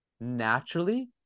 naturally